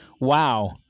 Wow